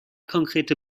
konkrete